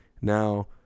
Now